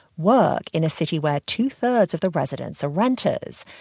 work in a city where two-thirds of the residents are renters.